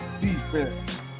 defense